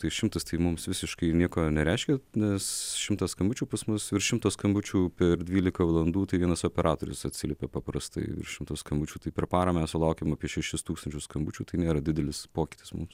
tai šimtas tai mums visiškai nieko nereiškia nes šimtas skambučių pas mus virš šimto skambučių per dvylika valandų tai vienas operatorius atsiliepia paprastai virš šimto skambučių tai per parą mes sulaukiam apie šešis tūkstančius skambučių tai nėra didelis pokytis mums